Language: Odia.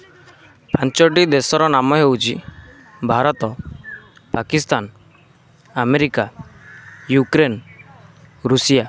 ପାଞ୍ଚଟି ଦେଶର ନାମ ହେଉଛି Bharat Pakistan America Ukraine Russia